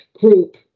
group